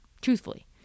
truthfully